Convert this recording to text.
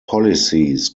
policies